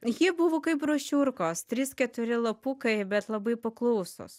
jie buvo kaip brošiurkos trys keturi lapukai bet labai paklausios